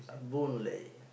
Boon-Lay